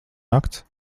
nakts